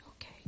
Okay